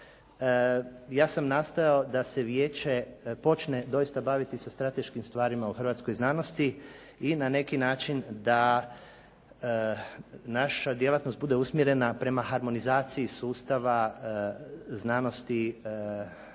Ja sam nastojao da se Vijeće počne doista baviti sa strateškim stvarima u hrvatskoj znanosti i na neki način da naša djelatnost bude usmjerena prema harmonizaciji sustava znanosti u skladu